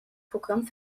programm